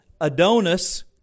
Adonis